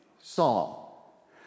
Saul